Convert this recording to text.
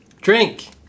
Drink